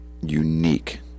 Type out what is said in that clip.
unique